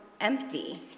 empty